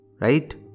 Right